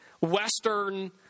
Western